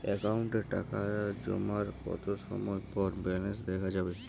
অ্যাকাউন্টে টাকা জমার কতো সময় পর ব্যালেন্স দেখা যাবে?